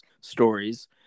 stories